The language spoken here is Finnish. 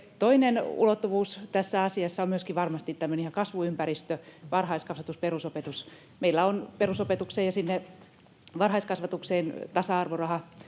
Toinen ulottuvuus tässä asiassa on varmasti myöskin ihan tämmöinen kasvuympäristö: varhaiskasvatus, perusopetus. Meillä on perusopetukseen ja varhaiskasvatukseen tasa-arvoraha,